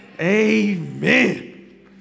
amen